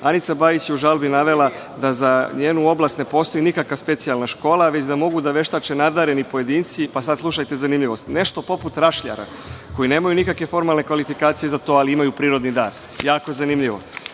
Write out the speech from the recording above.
Anica Bajić je u žalbi navela da za njenu oblast ne postoji nikakva specijalna škola, već da mogu da veštače nadareni pojedinci, pa sada slušajte zanimljivost, nešto poput rašljara koji nemaju nikakve formalne kvalifikacije za to, ali imaju prirodni dar. Jako zanimljivo. Kakvi